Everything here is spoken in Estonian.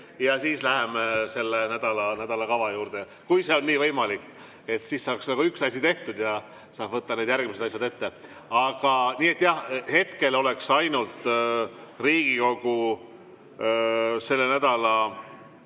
ja siis läheme nädalakava juurde, kui see on nii võimalik. Siis saaks nagu üks asi tehtud ja saab võtta need järgmised asjad ette. Nii et jah, hetkel oleks ainult Riigikogu selle nädala